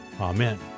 Amen